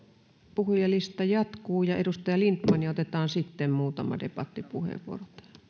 puhujalista jatkuu edustaja lindtman ja otetaan sitten muutama debattipuheenvuoro